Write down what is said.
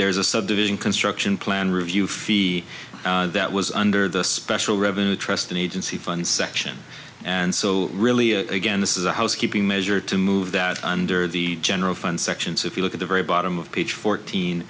there is a subdivision construction plan review fee that was under the special revenue trust an agency fund section and so really again this is a housekeeping measure to move that under the general fund section so if you look at the very bottom of page fourteen